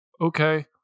Okay